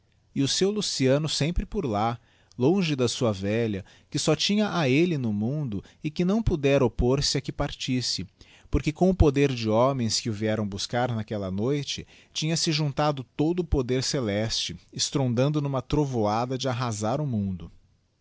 e o seu luciano sempre por lá longe da sua velha que só tinha a elle no mundo e que não pudera oppôr se a que partisse porque com o poder de homens que o vieram buscar naquella noite tinha-se juntado todo o poder celeste estrondando n'uma trovoada de arrazar o mundo